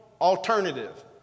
Alternative